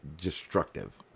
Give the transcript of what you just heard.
destructive